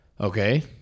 Okay